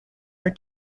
are